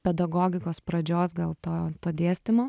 pedagogikos pradžios gal to to dėstymo